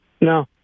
No